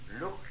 Look